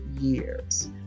years